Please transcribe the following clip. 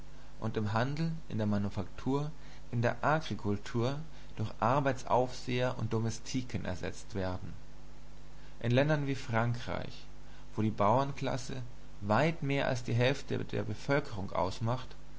und im handel in der manufaktur in der agrikultur durch arbeitsaufseher und domestiken ersetzt werden in ländern wie frankreich wo die bauernklasse weit mehr als die hälfte der bevölkerung ausmacht